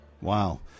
Wow